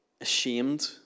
ashamed